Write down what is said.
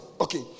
okay